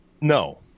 no